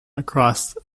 across